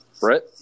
Brett